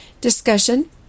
Discussion